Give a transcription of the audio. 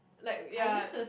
like ya